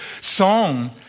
song